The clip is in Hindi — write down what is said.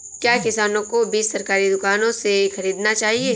क्या किसानों को बीज सरकारी दुकानों से खरीदना चाहिए?